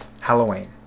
Halloween